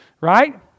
Right